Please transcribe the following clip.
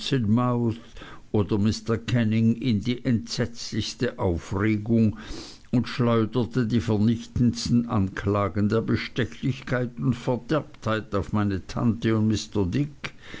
oder mr canning in die entsetzlichste aufregung und schleuderte die vernichtendsten anklagen der bestechlichkeit und verderbtheit auf meine tante und mr dick